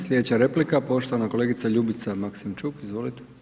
Sljedeća replika poštovana kolegica Ljubica Maksimčuk, izvolite.